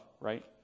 right